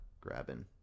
grabbing